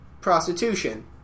prostitution